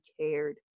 cared